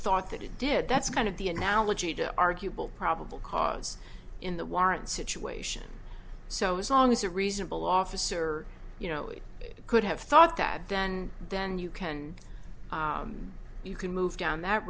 thought that he did that's kind of the analogy to arguable probable cause in the warrant situation so as long as a reasonable officer you know it could have thought that then then you can you can move down that